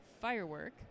Firework